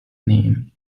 name